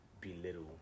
belittle